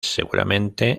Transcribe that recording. seguramente